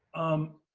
um,